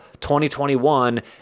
2021